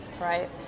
Right